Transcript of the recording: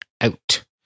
out